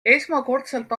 esmakordselt